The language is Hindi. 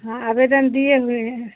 हाँ आवेदन दिए हुए हैं